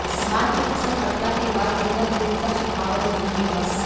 धान के फसल कटला के बाद केतना दिन तक सुखावल जरूरी बा?